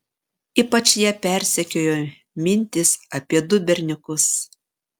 ypač ją persekiojo mintys apie du berniukus